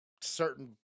certain